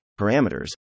parameters